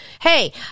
hey